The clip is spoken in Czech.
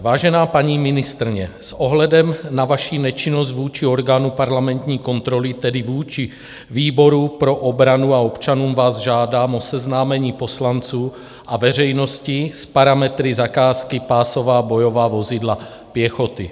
Vážená paní ministryně, s ohledem na vaši nečinnost vůči orgánu parlamentní kontroly, tedy vůči výboru pro obranu, a občanům vás žádám o seznámení poslanců a veřejnosti s parametry zakázky pásová bojová vozidla pěchoty.